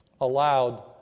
allowed